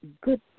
good